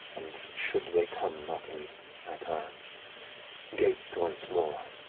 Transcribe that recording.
and should they come knocking at our gates once more,